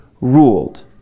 ruled